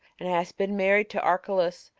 and hast been married to archelaus,